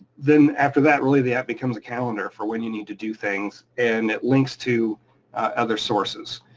then after that really the app becomes a calendar for when you need to do things and it links to other sources.